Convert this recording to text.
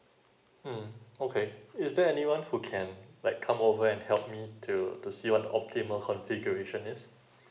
mm okay is there anyone who can like come over and help me to to see what optimal configuration is